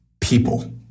people